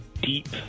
deep